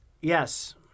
Yes